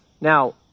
Now